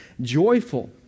joyful